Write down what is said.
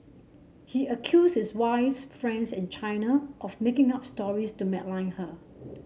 he accused his wife's friends in China of making up stories to malign her